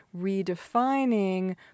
redefining